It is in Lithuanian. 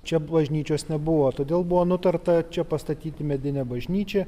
čia bažnyčios nebuvo todėl buvo nutarta čia pastatyti medinę bažnyčią